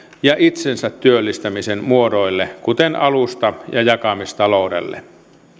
ja itsensä työllistämisen muodoille kuten alusta ja jakamistaloudelle